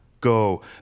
Go